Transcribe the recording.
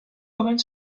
lorraine